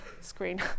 screen